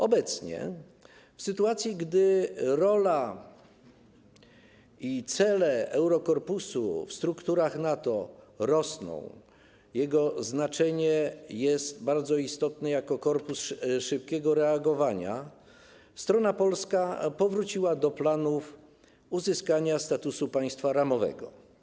Obecnie w sytuacji, gdy rola i cele Eurokorpusu w strukturach NATO rosną, jego znaczenie jest bardzo istotne jako korpusu szybkiego reagowania, strona polska powróciła do planów uzyskania statusu państwa ramowego.